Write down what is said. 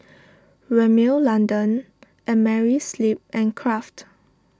Rimmel London Amerisleep and Kraft